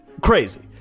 Crazy